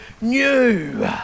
new